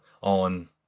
on